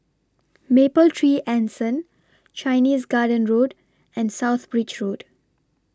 Mapletree Anson Chinese Garden Road and South Bridge Road